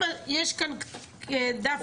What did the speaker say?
אם יש כאן דף,